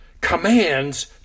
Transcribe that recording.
commands